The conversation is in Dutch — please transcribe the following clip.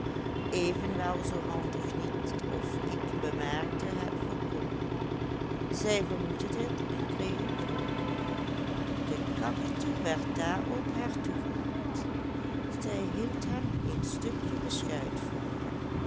evenwel zoo handig niet of ik bemerkte het volkomen zij vermoedde dit en kreeg een kleur de kaketoe werd daarop haar toeverlaat zij hield hem een stukje beschuit voor